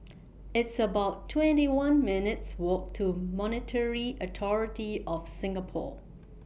It's about twenty one minutes' Walk to Monetary Authority of Singapore